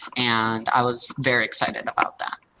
and i was very excited about that.